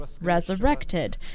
resurrected